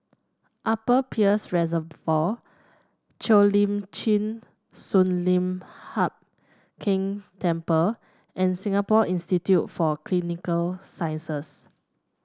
Upper Peirce Reservoir Cheo Lim Chin Sun Lian Hup Keng Temple and Singapore Institute for Clinical Sciences